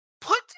Put